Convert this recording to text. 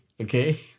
okay